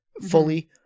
fully